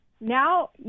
now